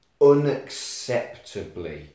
unacceptably